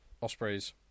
Ospreys